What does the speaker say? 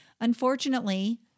Unfortunately